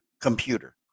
computer